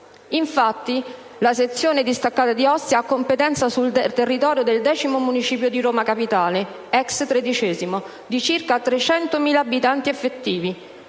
Infatti, la sezione distaccata di Ostia ha competenza sul territorio del X municipio di Roma Capitale (ex XIII), di circa 300.000 abitanti effettivi,